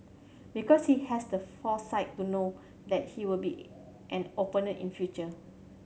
because he has the foresight to know that he will be an opponent in future